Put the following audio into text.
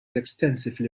extensively